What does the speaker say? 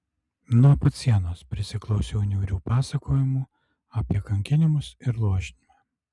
nuo pat sienos prisiklausiau niūrių pasakojimų apie kankinimus ir luošinimą